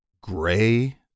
gray